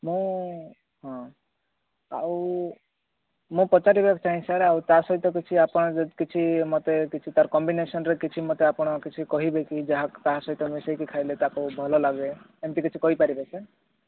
ମୁଁ ହଁ ଆଉ ମୁଁ ପଚାରିବାକୁ ଚାହେଁ ସାର୍ ଆଉ ତା ସହିତ ଆଉ କିଛି ଆପଣ ଯଦି କିଛି ମୋତେ କିଛି ତାର କମ୍ବିନେସନ୍ ରେ କିଛି ମୋତେ ଆପଣ କିଛି ଆପଣ କିଛି କହିବେ କି ଯାହା ତାହା ସହିତ ମିଶେଇକି ଖାଇଲେ ତାକୁ ଭଲଲାଗେ ଏମିତି କିଛି କହିପାରିବ ସାର୍